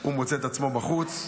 הוא מוצא את עצמו בחוץ,